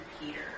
Peter